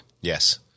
Yes